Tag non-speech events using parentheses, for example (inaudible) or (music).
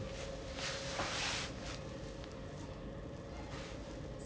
(noise)